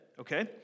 okay